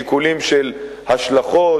שיקולים של השלכות,